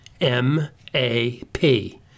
M-A-P